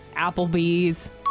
Applebee's